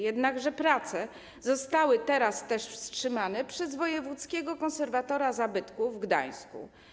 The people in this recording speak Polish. Jednakże prace zostały teraz wstrzymane też przez wojewódzkiego konserwatora zabytków w Gdańsku.